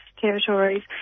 territories